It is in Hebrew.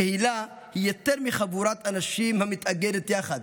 קהילה היא יותר מחבורת אנשים המתאגדת יחד,